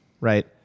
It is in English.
right